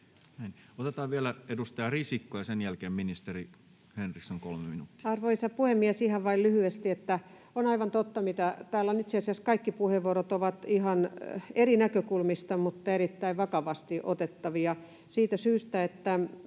Otetaan vielä edustaja Risikko, ja sen jälkeen ministeri Henriksson, 3 minuuttia. Arvoisa puhemies! Ihan vain lyhyesti, että on aivan totta, mitä... Täällä itse asiassa kaikki puheenvuorot ovat ihan eri näkökulmista mutta erittäin vakavasti otettavia siitä syystä, että